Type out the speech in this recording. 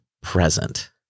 present